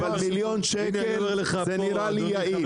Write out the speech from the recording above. מיליון שקל נראה לי יעיל.